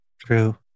True